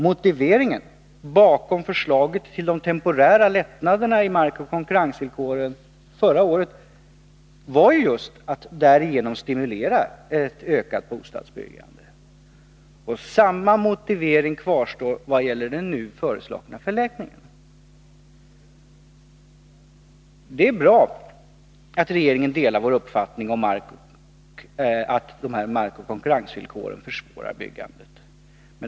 Motiveringen bakom förslaget till de temporära lättnaderna i markoch konkurrensvillkoren förra året var ju just att de ändrade reglerna skulle stimulera ett ökat bostadsbyggande. Samma motivering kvarstår vad gäller den nu föreslagna förlängningen. Det är bra att regeringen delar vår uppfattning att markoch konkurrensvillkoren försvårar byggandet.